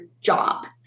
job